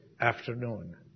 afternoon